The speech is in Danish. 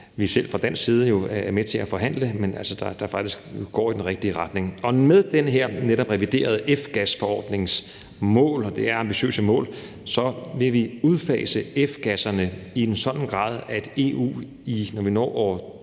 vi selv fra dansk side er med til at forhandle, og som faktisk går den rigtige retning. Med den her netop reviderede F-gasforordnings ambitiøse mål vil vi udfase F-gasserne i en sådan grad, at der i EU, når vi når